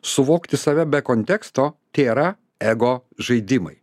suvokti save be konteksto tėra ego žaidimai